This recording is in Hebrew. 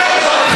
אתם לא הייתם,